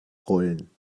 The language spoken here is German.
rollen